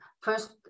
first